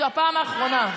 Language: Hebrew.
זו הפעם האחרונה.